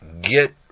get